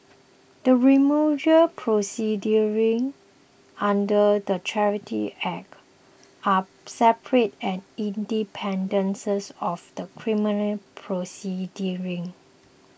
the removal proceedings under the Charities Act are separate and independence of the criminal proceedings